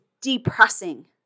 depressing